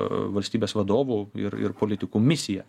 valstybės vadovų ir ir politikų misija